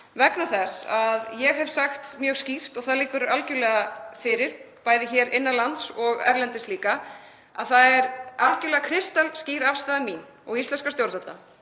vegna þess að ég hef sagt mjög skýrt — það liggur algerlega fyrir bæði hér innan lands og erlendis — og það er algerlega kristalskýr afstaða mín og íslenskra stjórnvalda,